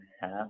half